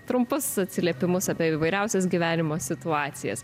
trumpus atsiliepimus apie įvairiausias gyvenimo situacijas